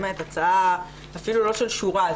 הצעה אפילו לא של שורה,